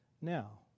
now